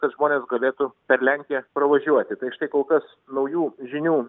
kad žmonės galėtų per lenkiją pravažiuoti tai štai kol kas naujų žinių